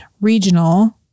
regional